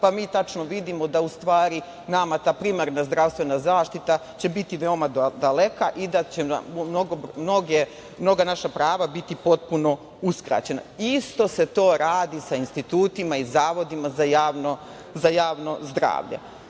pa mi tačno vidimo da ustvari nama ta primarna zdravstvena zaštita će biti veoma daleka i da će mnoga naša prava biti potpuno uskraćena. Isto se to radi sa institutima i zavodima za javno zdravlje. Sledeća